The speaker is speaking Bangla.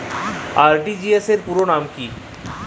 আর.টি.জি.এস র পুরো নাম কি?